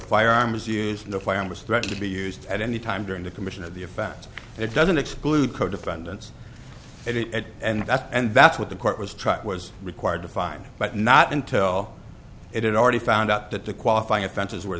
firearms use no plan was threat to be used at any time during the commission of the offense it doesn't exclude co defendants it and that's and that's what the court was truck was required to find but not until it had already found out that the qualifying offenses were